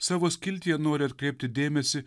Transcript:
savo skiltyje noriu atkreipti dėmesį